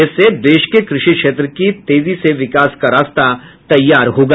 इससे देश के कृषि क्षेत्र के तेजी से विकास का रास्ता तैयार होगा